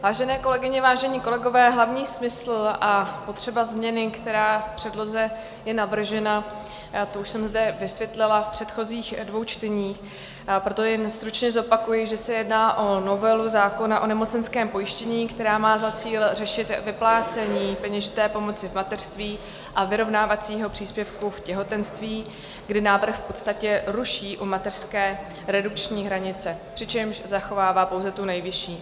Vážené kolegyně, vážení kolegové, hlavní smysl a potřeba změny, která je v předloze navržena, to už jsem zde vysvětlila v předchozích dvou čteních, proto jen stručně zopakuji, že se jedná o novelu zákona o nemocenském pojištění, která má za cíl řešit vyplácení peněžité pomoci v mateřství a vyrovnávacího příspěvku v těhotenství, kdy návrh v podstatě ruší u mateřské redukční hranice, přičemž zachovává pouze tu nejvyšší.